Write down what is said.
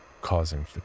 causing